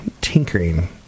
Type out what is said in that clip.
tinkering